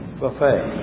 buffet